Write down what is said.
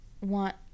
want